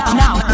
now